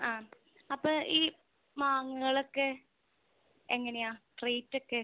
ആ അപ്പം ഈ മാങ്ങകളൊക്കെ എങ്ങനെയാ റേയ്റ്റ് ഒക്കെ